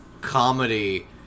comedy